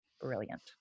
Brilliant